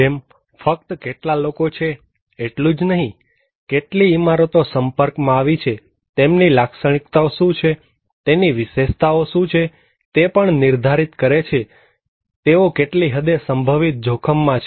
જેમ ફક્ત કેટલા લોકો છે એટલું જ નહીં કેટલી ઇમારતો સંપર્કમાં આવી છે તેમની લાક્ષણીકતાઓ શું છેતેની વિશેષતાઓ શું છે તે પણ નિર્ધારિત કરે છે કે તેઓ કેટલી હદે સંભવિત જોખમમાં છે